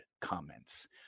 comments